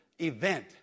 event